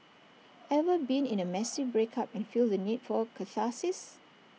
ever been in A messy breakup and feel the need for catharsis